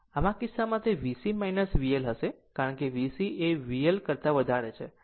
આમ આ કિસ્સામાં તે VC VL હશે કારણ કે VC એ VLકરતા વધારે છે